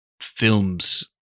films